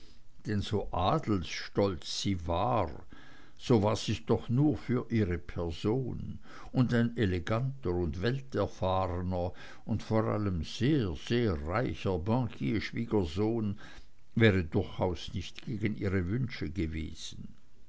denn so adelsstolz sie war so war sie's doch nur für ihre person und ein eleganter und welterfahrener und vor allem sehr sehr reicher bankierschwiegersohn wäre durchaus nicht gegen ihre wünsche gewesen